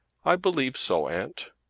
i believe so, aunt.